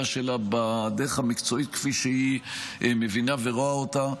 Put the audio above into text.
שלה בדרך המקצועית כפי שהיא מבינה ורואה אותה,